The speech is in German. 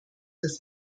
das